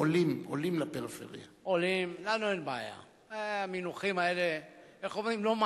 מחלפים וכבישים ואת המאמצים שעושה משרד התחבורה.